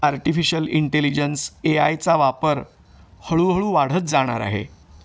artificial intelligence A आयचा वापर हळूहळू वाढत जाणार आहे